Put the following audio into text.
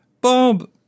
Bob